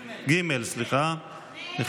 הצבעה.